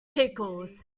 pickles